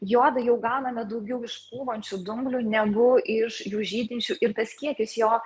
jodą jau gauname daugiau iš pūvančių dumblių negu iš jų žydinčių ir tas kiekis jo